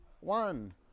one